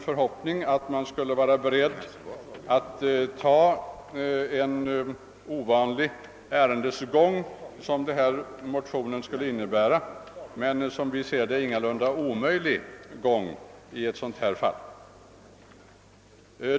Förhoppningen att man skulle vara beredd att acceptera en ovanlig men enligt vår mening ingalunda omöjlig ärendesgång — vilket ju ett bifall till motionerna skulle innebära — var kanske därför överdriven.